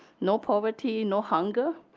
no poverty, no hunger.